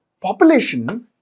population